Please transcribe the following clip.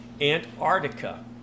Antarctica